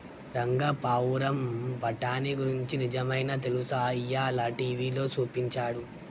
రంగా పావురం బఠానీ గురించి నిజమైనా తెలుసా, ఇయ్యాల టీవీలో సూపించాడు